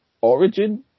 origin